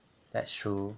that's true